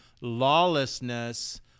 lawlessness